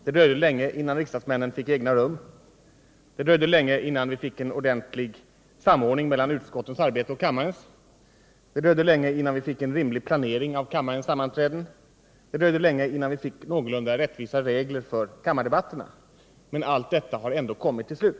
Det dröjde länge innan riksdagsmännen fick egna rum, det dröjde länge innan vi fick en ordentlig samordning mellan utskottens och kammarens arbete, det dröjde länge innan vi fick en rimlig planering av kammarens sammanträden, det dröjde länge innan vi fick någorlunda rättvisa regler för kammardebatterna — men allt detta har ändå kommit till slut.